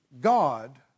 God